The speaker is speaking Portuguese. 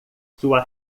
sua